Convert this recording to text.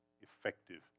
effective